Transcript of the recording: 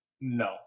No